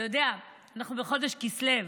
אתה יודע, אנחנו בחודש כסלו,